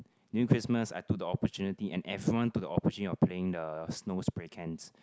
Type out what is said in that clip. during Christmas I took the opportunity and everyone took the opportunity of playing the snow spray cans